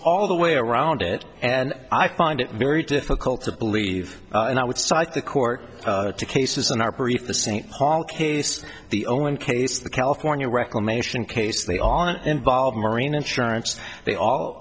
all the way around it and i find it very difficult to believe and i would cite the court cases in our brief the st paul case the own case the california reclamation case they aren't involve marine insurance they all